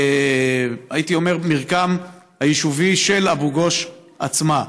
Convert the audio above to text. הייתי אומר, במרקם היישובי של אבו גוש עצמה.